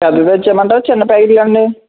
పెద్దదే ఇచ్చేయమంటారా చిన్న ప్యాకెట్లా అండి